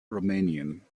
romanian